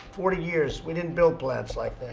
forty years. we didn't build plants like that.